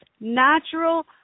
natural